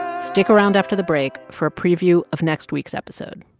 stick around after the break for a preview of next week's episode